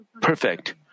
perfect